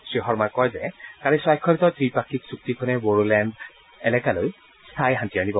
শ্ৰীশৰ্মাই কয় যে কালি স্বাক্ষৰিত ত্ৰিপাক্ষিক চুক্তিখনে বড়োলেণ্ড এলেকালৈ স্থায়ী শান্তি আনিব